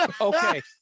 Okay